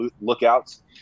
lookouts